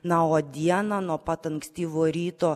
na o dieną nuo pat ankstyvo ryto